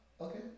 Okay